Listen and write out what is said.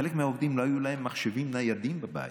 לחלק מהעובדים לא היו מחשבים ניידים בבית,